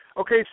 Okay